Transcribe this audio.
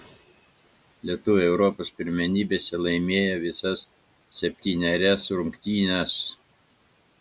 lietuviai europos pirmenybėse laimėjo visas septynerias rungtynes